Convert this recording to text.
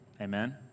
Amen